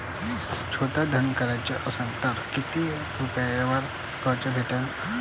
छोटा धंदा कराचा असन तर किती रुप्यावर कर्ज भेटन?